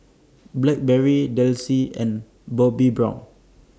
Blackberry Delsey and Bobbi Brown